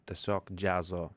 tiesiog džiazo